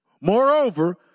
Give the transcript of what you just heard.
Moreover